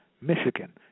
Michigan